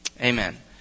Amen